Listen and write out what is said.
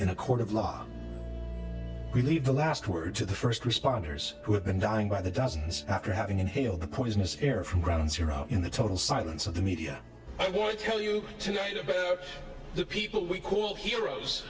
in a court of law we leave the last word to the first responders who have been dying by the dozens after having inhaled the poisonous air from ground zero in the total silence of the media i want to tell you to the people we call heroes